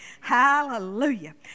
Hallelujah